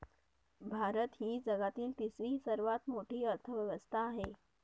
भारत ही जगातील तिसरी सर्वात मोठी अर्थव्यवस्था आहे